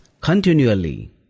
continually